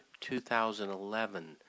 2011